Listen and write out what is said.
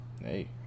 Hey